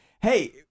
Hey